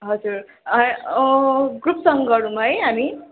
हजुर ग्रुप सङ गरौँ है हामी